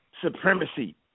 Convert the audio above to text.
supremacy